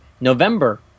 November